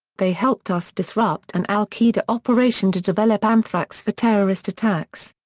they helped us disrupt an al qaeda operation to develop anthrax for terrorist attacks.